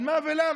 על מה ולמה?